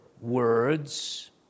words